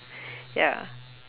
ya